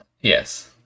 Yes